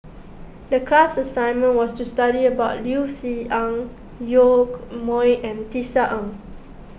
the class assignment was to study about Liu Si Ang Yoke Mooi and Tisa Ng